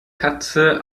katze